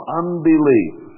unbelief